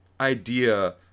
idea